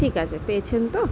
ঠিক আছে পেয়েছেন তো